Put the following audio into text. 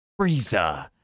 Frieza